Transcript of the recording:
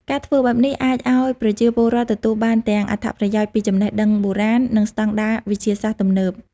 ការធ្វើបែបនេះ អាចឲ្យប្រជាពលរដ្ឋទទួលបានទាំងអត្ថប្រយោជន៍ពីចំណេះដឹងបុរាណ និងស្តង់ដារវិទ្យាសាស្ត្រទំនើប។